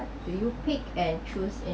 do you pick and choose